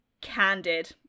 candid